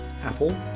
Apple